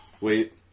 Wait